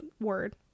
word